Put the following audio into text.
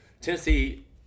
Tennessee